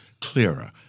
clearer